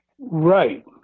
right